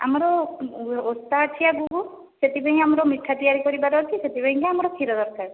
ଆମର ଓଷା ଅଛି ଆଗକୁ ସେଥିପାଇଁ ଆମର ମିଠା ତିଆରି କରିବାର ଅଛି ସେଥିପାଇଁକା ଆମର କ୍ଷୀର ଦରକାର